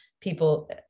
people